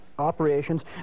operations